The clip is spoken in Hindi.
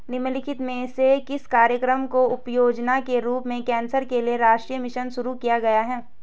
निम्नलिखित में से किस कार्यक्रम को उपयोजना के रूप में कैंसर के लिए राष्ट्रीय मिशन शुरू किया गया है?